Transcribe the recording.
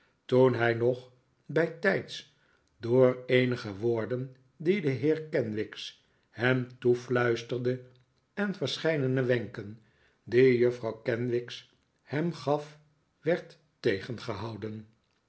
toen hij nog bijtijds door eenige woorden die de heer kenwigs hem toefluisterde en verscheidene wenken die juffrouw kenwigs hem gaf werd tegengehouden